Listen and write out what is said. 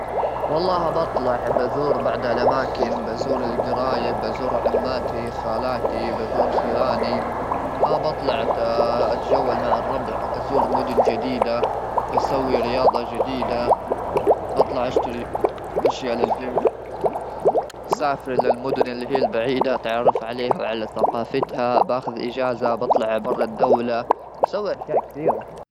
والله بطلع بذور بعد الاماكن ,بذور القرايب ,بذور عماتي ,خالاتي ,بذور خيلاني ,انا بطلع اتجول مع الربع ازور مدن جديده بسوي رياضه جديده ,بطلع اشتري اشياء للبيت مسافر الى المدن اللي هي البعيده تعرف عليها وعلى ثقافتها باخذ اجازه بطلع برا الدوله اسوي اشياء كثيره.